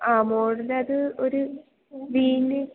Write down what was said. ആ മോളുടേത് ഒരു വീഞ്ഞ്